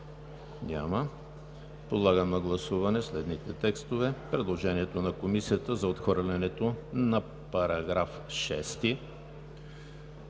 Няма. Подлагам на гласуване следните текстове: предложението на Комисията за отхвърлянето на § 6;